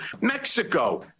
mexico